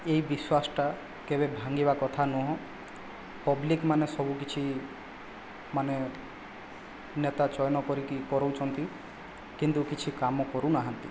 ଏହି ବିଶ୍ୱାସଟା କେବେ ଭାଙ୍ଗିବା କଥା ନୁହଁ ପବ୍ଲିକମାନେ ସବୁକିଛି ମାନେ ନେତା ଚୟନ କରିକି କରାଉଛନ୍ତି କିନ୍ତୁ କିଛି କାମ କରୁନାହାନ୍ତି